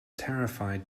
terrified